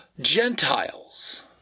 Gentiles